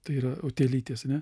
tai yra utėlytės ane